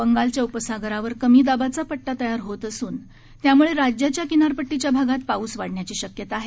बंगालच्या उपसागरावर कमी दाबाचा पट्टा तयार होत असून त्यामुळे राज्याच्या किनारपट्टीच्या भागात पाऊस वाढण्याची शक्यता आहे